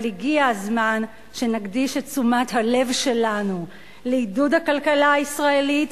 אבל הגיע הזמן שנקדיש את תשומת הלב שלנו לעידוד הכלכלה הישראלית,